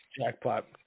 Jackpot